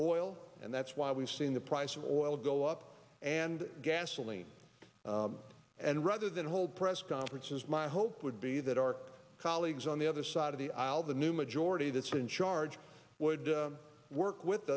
oil and that's why we've seen the price of oil go up and gasoline and rather than hold press conferences my hope would be that ark colleagues on the other side of the aisle the new majority that's in charge would work with